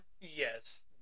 Yes